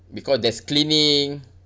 because there's cleaning